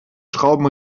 schrauben